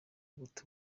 guta